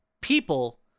people